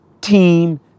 team